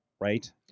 right